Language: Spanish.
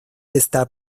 está